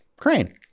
Crane